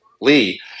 Lee